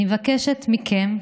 אני מבקשת מכם,